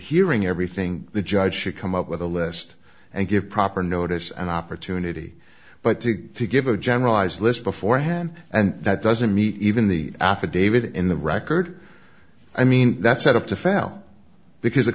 hearing everything the judge should come up with a list and give proper notice an opportunity but to give a generalized list beforehand and that doesn't meet even the affidavit in the record i mean that's set up to fail because the